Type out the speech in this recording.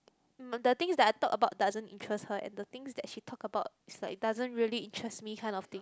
mm the things that I talk about doesn't interest her and the things that she talk about is like doesn't really interest me kind of thing